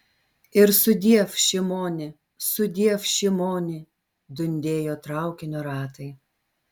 ir sudiev šimoni sudiev šimoni dundėjo traukinio ratai